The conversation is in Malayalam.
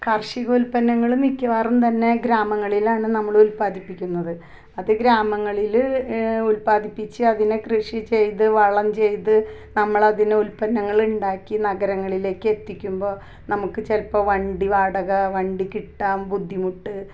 കാർഷികോൽപ്പന്നങ്ങള് മിക്കവാറും തന്നെ ഗ്രാമങ്ങളിലാണ് നമ്മളുൽപാദിപ്പിക്കുന്നത് അത് ഗ്രാമങ്ങളില് ഉൽപാദിപ്പിച്ച് അതിനെ കൃഷി ചെയ്ത് വളം ചെയ്ത് നമ്മളതിനെ ഉൽപന്നങ്ങളുണ്ടാക്ക് നഗരങ്ങളിലേക്ക് എത്തിക്കുമ്പോൾ നമുക്ക് ചിലപ്പോ വണ്ടി വാടക വണ്ടി കിട്ടാന് ബുദ്ധിമുട്ട്